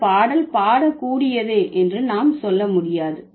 இந்த பாடல் பாட கூடியதே என்று நாம் சொல்ல முடியாது